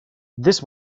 this